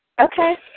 okay